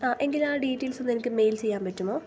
ആ എങ്കിൽ ആ ഡീറ്റെയിൽസൊന്ന് എനിക്ക് മെയിൽ ചെയ്യാൻ പറ്റുമോ